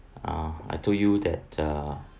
ah I told you that uh